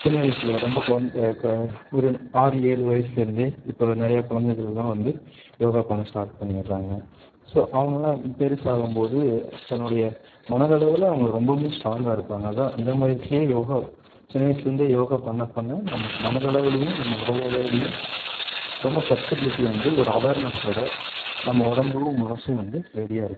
சின்ன வயசுல ரொம்ப குழந்த ஒரு ஆறு ஏழு வயசுலேருந்தே இப்போ நிறையா குழந்தைகளெல்லாம் வந்து யோகா பண்ண ஸ்டார்ட் பண்ணிடுறாங்க ஸோ அவங்கல்லாம் பெருசு ஆகும்போது தன்னுடைய மனதளவில் அவங்களை ரொம்பவுமே ஸ்ட்ராங்காக இருப்பாங்க அதுதான் இளம் வயதுலேயே யோகா சின்ன வயசுலிருந்தே யோகா பண்ண பண்ண நம்ம மனதளவுலேயும் நம்ம உடலளவுலேயும் ரொம்ப ஃப்ளெக்சிபிலிட்டி வந்து ஒரு அவார்னஸோட நம்ம உடம்பும் மனசும் வந்து ரெடியாக இருக்கும்